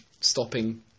stopping